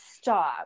Stop